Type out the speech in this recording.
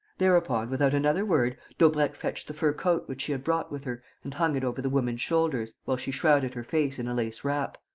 thereupon, without another word, daubrecq fetched the fur cloak which she had brought with her and hung it over the woman's shoulders, while she shrouded her face in a lace wrap.